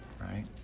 right